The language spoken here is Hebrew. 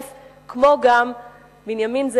כמו גם בנימין זאב הרצל,